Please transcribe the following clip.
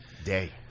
day